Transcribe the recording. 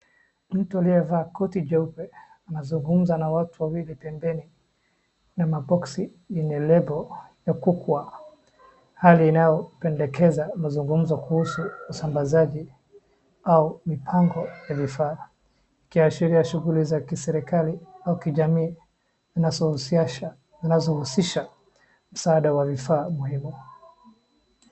Mtu aliyevaa koti jeupe , anazungumza na watu wawili pembeni, na ma box yenye label ya 'kukwa', hali inayopendekeza mazungumzo kuhusu usambazajiau mipango ya vifaa. Ikiashiria shughuli za kiserikali au kijamii inayosiasha, inazohusisha msaada wa vifaa muhimu.